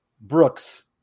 Brooks